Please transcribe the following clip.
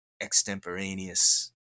extemporaneous